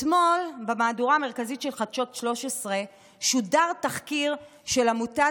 אתמול במהדורה המרכזית של חדשות 13 שודר תחקיר של עמותת